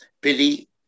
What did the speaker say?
Billy